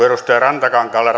edustaja rantakankaalla